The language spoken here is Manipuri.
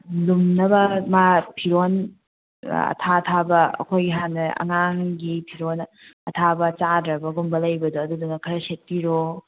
ꯂꯨꯝꯅꯕ ꯃꯥ ꯐꯤꯔꯣꯟ ꯑꯊꯥ ꯑꯊꯥꯕ ꯑꯩꯈꯣꯏꯒꯤ ꯍꯥꯟꯅ ꯑꯉꯥꯡꯒꯤ ꯐꯤꯔꯣꯟ ꯑꯊꯥꯕ ꯆꯥꯗ꯭ꯔꯕꯒꯨꯝꯕ ꯂꯩꯕꯗꯣ ꯑꯗꯨꯗꯨꯅ ꯐꯖꯅ ꯁꯦꯠꯄꯤꯔꯣ